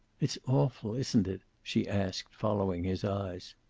it's awful, isn't it? she asked, following his eyes.